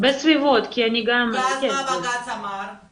ואז מה בג"ץ אמר?